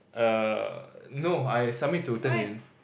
err no I submit to Turnitin